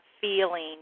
feeling